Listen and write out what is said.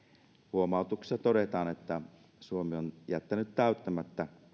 huomautuksessa todetaan että suomi on jättänyt täyttämättä